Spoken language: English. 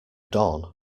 dawn